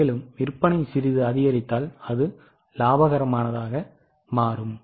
மேலும் விற்பனை சிறிது அதிகரித்தால் அது லாபகரமானதாக மாறும்